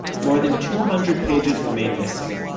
more than two hundred pages remain missing.